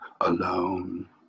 alone